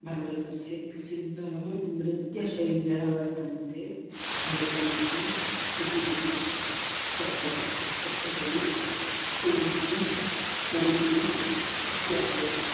भारतस्य प्रसिद्धाः नृत्यशैल्यः वर्तन्ते भरतनाट्यं कुचिपुडि कत्थक् कत्थकली ओडिस्सी मणिपुरी इत्यादयः